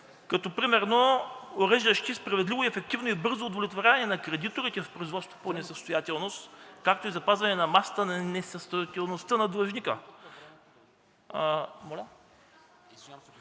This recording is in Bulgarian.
като примерно уреждащи справедливо, ефективно и бързо удовлетворяване на кредиторите в производство по несъстоятелност, както и запазване на масата на несъстоятелността на длъжника;